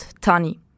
Tani